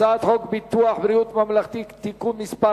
הצעת חוק ביטוח בריאות ממלכתי (תיקון מס'